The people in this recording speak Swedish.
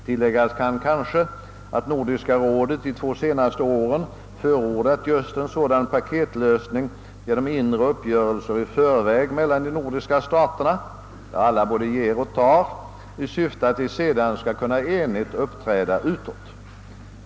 Tilläggas kan kanske att Nordiska rådet de två senste åren förordat just en sådan paketlösning genom inre uppgörelser i förväg mellan de nordiska staterna, varvid alla både ger och tar, i syfte att de sedan skall kunna uppträda enigt utåt.